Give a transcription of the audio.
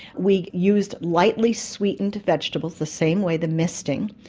we used lightly sweetened vegetables the same way, the misting,